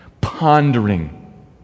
pondering